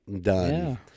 done